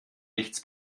nichts